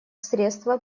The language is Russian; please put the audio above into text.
средство